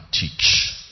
teach